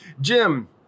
Jim